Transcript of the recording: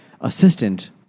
assistant